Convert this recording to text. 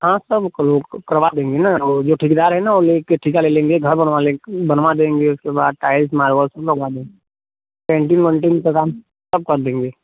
हाँ सब कर करवा देंगे न जो ठेकेदार है ना वो लेके ठेका ले लेंगे घर बनवा लें बनवा देंगे उसके बाद टाइल्स मार्बल सब लगवा देंगे पेंटिंग वेंटिंग का काम सब कर देंगे